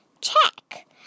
check